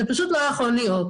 זה פשוט לא יכול להיות.